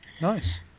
Nice